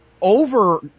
over